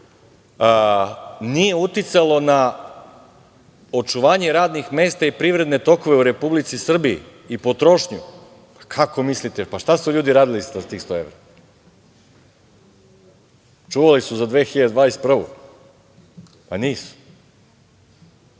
nije uticalo na očuvanje radnih mesta i privredne tokove u Republici Srbiji i potrošnju? Pa, kako mislite, šta su ljudi radili sa tih 100 evra? Čuvali su za 2021. godinu?